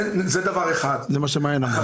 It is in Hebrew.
זה מה שמעין אמרה.